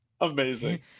Amazing